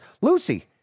Lucy